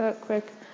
quick